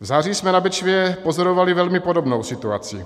V září jsme na Bečvě pozorovali velmi podobnou situaci.